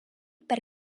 per